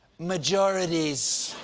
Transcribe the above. majorities!